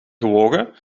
gewogen